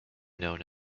known